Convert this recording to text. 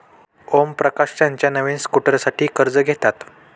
ओमप्रकाश त्याच्या नवीन स्कूटरसाठी कर्ज घेतात